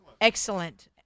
Excellent